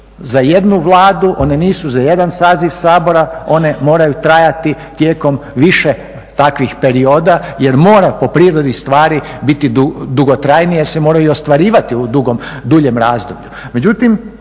za jednu Vladu, one nisu za jedan saziv Sabora, one moraju trajati tijekom više takvih perioda jer mora po prirodi stvari biti dugotrajnija, jer se moraju i ostvarivati u duljem razdoblju.